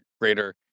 greater